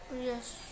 Yes